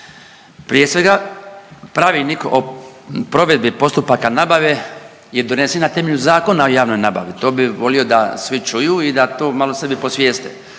Prije svega Pravilnik o provedbi postupaka nabave je donesen na temelju Zakona o javnoj nabavi. To bih volio da svi čuju i da to malo sebi posvijeste.